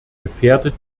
gefährdet